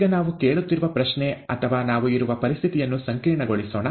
ಈಗ ನಾವು ಕೇಳುತ್ತಿರುವ ಪ್ರಶ್ನೆ ಅಥವಾ ನಾವು ಇರುವ ಪರಿಸ್ಥಿತಿಯನ್ನು ಸಂಕೀರ್ಣಗೊಳಿಸೋಣ